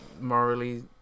morally